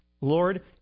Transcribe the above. Lord